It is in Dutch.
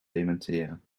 dementeren